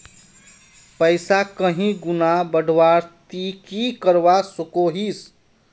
पैसा कहीं गुणा बढ़वार ती की करवा सकोहिस?